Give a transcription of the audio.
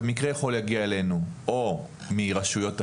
מקרה יכול להגיע אלינו או מרשויות אחרות,